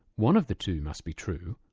one of the two must be true,